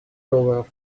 долларов